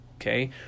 Okay